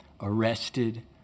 arrested